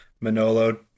Manolo